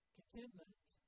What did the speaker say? Contentment